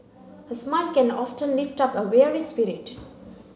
a smile can often lift up a weary spirit